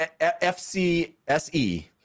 FCSE